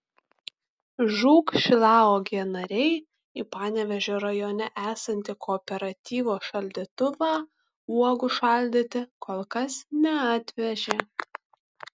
žūk šilauogė nariai į panevėžio rajone esantį kooperatyvo šaldytuvą uogų šaldyti kol kas neatvežė